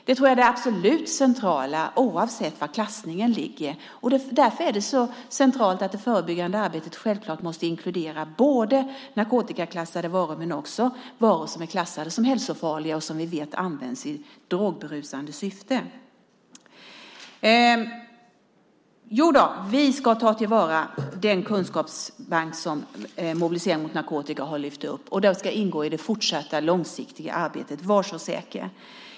Det tror jag är det absolut centrala oavsett var klassningen ligger. Därför är det så centralt att det förebyggande arbetet självklart måste inkludera både narkotikaklassade varor och varor som är klassade som hälsofarliga och som vi vet används i drogberusningssyfte. Jodå, vi ska ta vara på den kunskapsbank som Mobilisering mot narkotika har lyft upp, och den ska ingå i det fortsatta långsiktiga arbetet, var så säker.